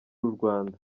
urwanda